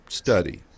study